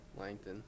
Langton